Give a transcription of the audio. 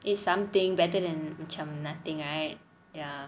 it's something better than macam nothing right